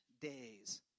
days